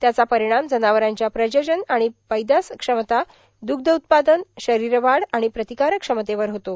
त्याचा परिणाम जनावरांच्या प्रजनन आणि पैदास क्षमता द्ध उत्पादन शरीर वाढ आणि प्रतिकार क्षमतेवर होतो